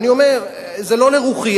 זה לא לרוחי,